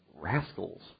rascals